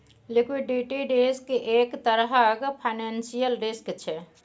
liquidity risk एक तरहक financial risk छै